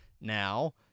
now